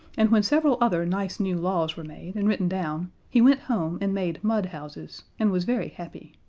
and when several other nice new laws were made and written down he went home and made mud-houses and was very happy.